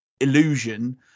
illusion